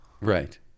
right